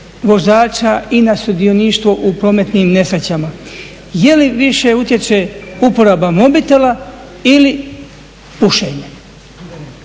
vozača i na sudioništvo u prometnim nesrećama. Je li više utječe uporaba mobitela ili pušenje?